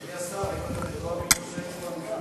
אדוני השר, האם אתה מתואם עם ראש העיר ברקת?